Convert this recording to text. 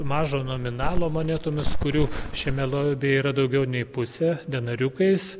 mažo nominalo monetomis kurių šiame lobyje yra daugiau nei pusė denariukais